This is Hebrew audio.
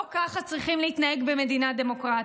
לא כך צריכים להתנהג במדינה דמוקרטית.